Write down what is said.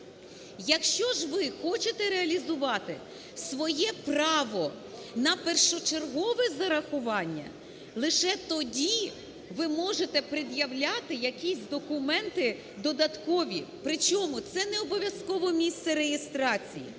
Якщо ж ви хочете реалізувати своє право на першочергове зарахування, лише тоді ви можете пред'являти якісь документи додаткові, причому це не обов'язково місце реєстрації.